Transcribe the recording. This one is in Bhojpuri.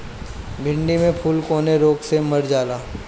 भिन्डी के फूल कौने रोग से मर जाला?